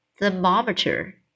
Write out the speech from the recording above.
thermometer